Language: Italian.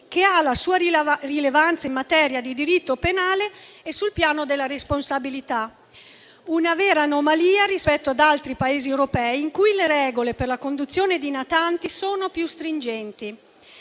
che ha la sua rilevanza in materia di diritto penale e sul piano della responsabilità: una vera anomalia rispetto ad altri Paesi europei, in cui le regole per la conduzione di natanti sono più stringenti.